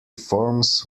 forms